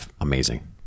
amazing